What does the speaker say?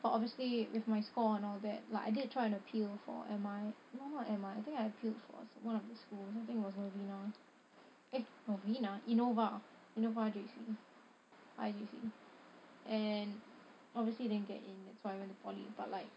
for obviously with my score and all that like I did try and appeal for M_I no M_I I think I appealed for one of the schools I think it was novena eh novena innova innova J_C I_J_C and obviously didn't get in that's why I went to poly but like